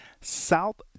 South